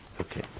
Okay